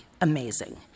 amazing